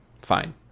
Fine